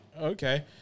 okay